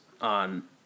on